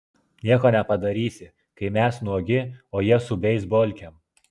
nieko nepadarysi kai mes nuogi o jie su beisbolkėm